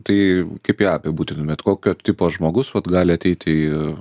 tai kaip ją apibūdintumėt kokio tipo žmogus gali ateiti į